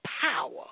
power